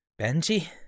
Benji